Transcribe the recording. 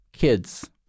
Kids